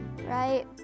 right